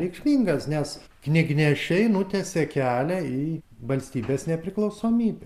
reikšmingas nes knygnešiai nutiesė kelią į valstybės nepriklausomybę